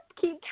keep